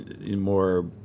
more